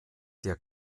der